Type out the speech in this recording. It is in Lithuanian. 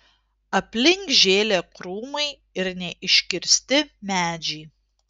aplink žėlė krūmai ir neiškirsti medžiai